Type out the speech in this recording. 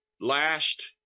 last